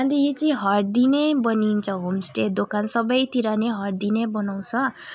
अन्त यो चाहिँ हड्डी नै बनिन्छ होमस्टे दोकान सबैतिर नि हड्डी नै बनाउँछ